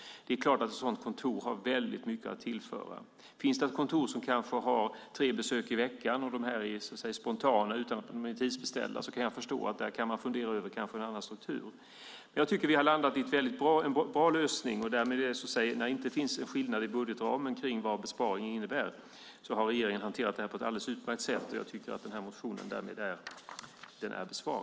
Det är klart att ett sådant kontor har väldigt mycket att tillföra. Finns det ett kontor som kanske har tre besök i veckan, och de är spontana och inte tidsbeställda, kan jag förstå att man där kan fundera över en annan struktur. Jag tycker att vi har landat i en bra lösning. När det inte finns någon skillnad i budgetramen kring vad besparingen innebär har regeringen hanterat frågan på ett alldeles utmärkt sätt. Jag tycker att motionen därmed är besvarad.